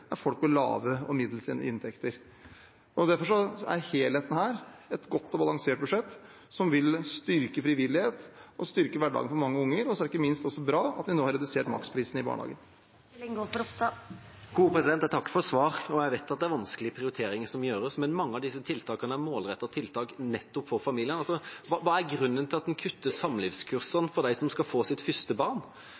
folk med lave og middels inntekter. Derfor er helheten et godt og balansert budsjett som vil styrke frivillighet og styrke hverdagen for mange unger. Ikke minst er det også bra at vi nå har redusert maksprisen i barnehagen. Jeg takker for svar. Jeg vet at det er vanskelige prioriteringer som gjøres, men mange av disse tiltakene er målrettede tiltak nettopp for familier. Hva er grunnen til at en kutter samlivskursene